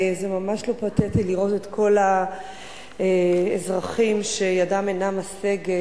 זה ממש לא פתטי לראות את כל האזרחים שידם אינה משגת,